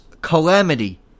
calamity